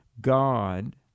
God